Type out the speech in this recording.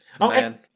man